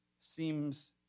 seems